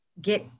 get